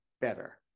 better